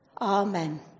Amen